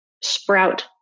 sprout